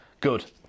good